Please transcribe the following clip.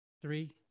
Three